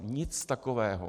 Nic takového.